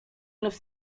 los